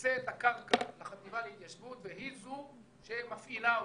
מקצה את הקרקע לחטיבה להתיישבות והיא זו שמפעילה אותה.